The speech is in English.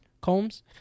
Combs